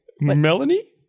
Melanie